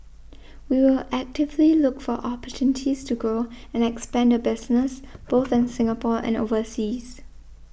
we will actively look for opportunities to grow and expand the business both in Singapore and overseas